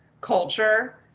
culture